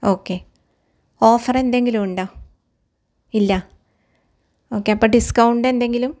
okay ഓഫറെന്തെങ്കിലും ഉണ്ടോ ഇല്ല ഓക്കെ അപ്പോൾ ഡിസ്കൗണ്ട് എന്തെങ്കിലും